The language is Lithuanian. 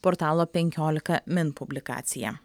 portalo penkiolika min publikacija